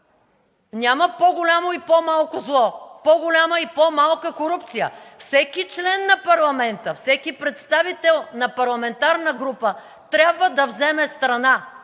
Няма по-голямо и по-малко зло, по-голяма и по-малка корупция! Всеки член на парламента, всеки представител на парламентарна група трябва да вземе страна,